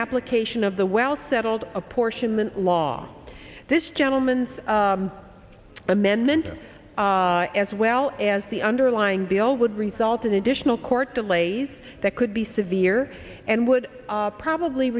application of the well settled apportionment law this gentleman amendment as well as the underlying bill would result in additional court delays that could be severe and would probably